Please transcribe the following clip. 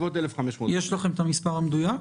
יש לכם את המספר המדויק?